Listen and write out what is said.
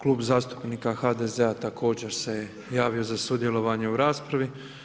Klub zastupnika HDZ-a također se javio za sudjelovanje u raspravi.